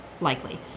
likely